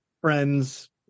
friends